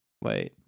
wait